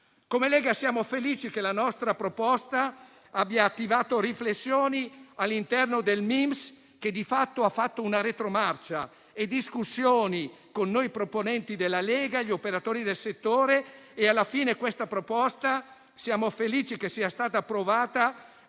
Come Lega siamo felici che la nostra proposta abbia attivato riflessioni all'interno del MIMS, che ha fatto una retromarcia, e discussioni con noi proponenti della Lega e con gli operatori del settore. Alla fine siamo felici che sia stata approvata